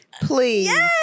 please